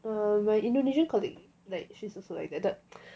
well my indonesian colleague like she's also like the